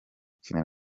kina